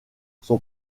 son